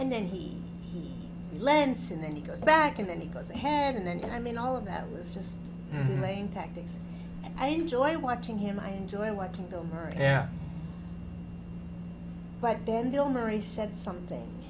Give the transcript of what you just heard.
and then he lends and then he goes back and then he goes ahead and then i mean all of that was just plain tactics i'm joined watching him i enjoy watching bill murray yeah but then bill murray said something